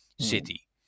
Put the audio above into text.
city